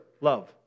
love